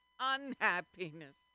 Unhappiness